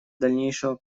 дальнейшего